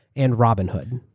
and robinhood.